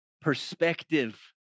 perspective